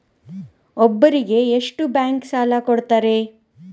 ಒಬ್ಬರಿಗೆ ಎಷ್ಟು ಬ್ಯಾಂಕ್ ಸಾಲ ಕೊಡ್ತಾರೆ?